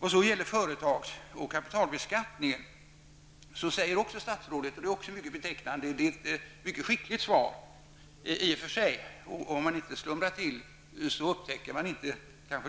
Då har vi företagen och kapitalbeskattningen. Statsrådet ger ett i och för sig mycket skickligt svar, men man får inte slumra till för då upptäcker man inte